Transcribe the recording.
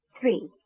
Three